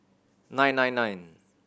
nine nine nine